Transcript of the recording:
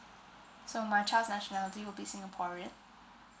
so my child's nationality would be singaporean